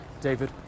David